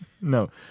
no